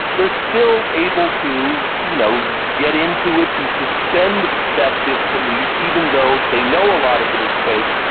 they are still able to you know get into it, to suspend that disbelief, even though they know a lot of it is fake.